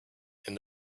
and